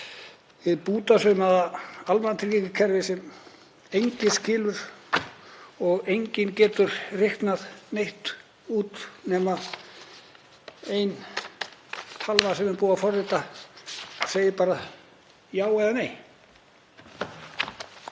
hið bútasaumaða almannatryggingakerfi sem enginn skilur og enginn getur reiknað neitt út nema ein tölva sem er búið að forrita, sem segir bara já eða nei.